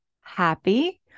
happy